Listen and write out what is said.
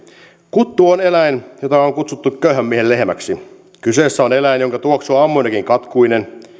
kuttu on eläin jota on on kutsuttu köyhän miehen lehmäksi kyseessä on eläin jonka tuoksu on ammoniakin katkuinen